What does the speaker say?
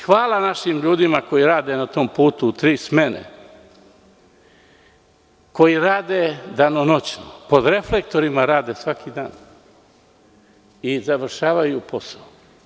Hvala našim ljudima koji rade na tom putu u tri smene, koji rade danonoćno, pod reflektorima rade svaki dan i završavaju posao.